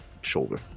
shoulder